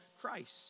Christ